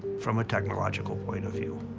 from a technological point of view.